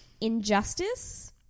Injustice